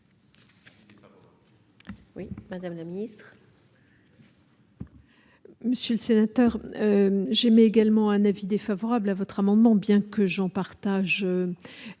Oui, Madame la Ministre. Monsieur le sénateur, j'aime également un avis défavorable à votre amendement, bien que j'en partage